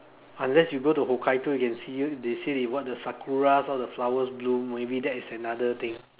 unless you go to Hokkaido you can see they say they what the sakura all the flowers bloom maybe that is another thing